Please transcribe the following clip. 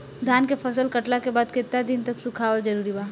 धान के फसल कटला के बाद केतना दिन तक सुखावल जरूरी बा?